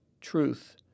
truth